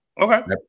Okay